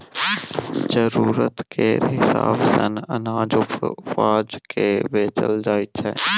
जरुरत केर हिसाब सँ अनाज उपजा केँ बेचल जाइ छै